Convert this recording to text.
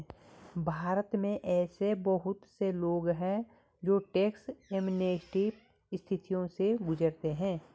भारत में ऐसे बहुत से लोग हैं जो टैक्स एमनेस्टी स्थितियों से गुजरते हैं